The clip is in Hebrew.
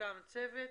הוקם צוות,